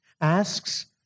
asks